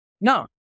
No